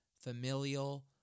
Familial